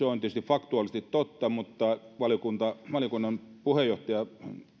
on tietysti faktuaalisesti totta mutta valiokunnan puheenjohtaja